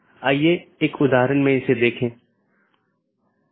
तो यह पूरी तरह से मेष कनेक्शन है